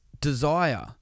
desire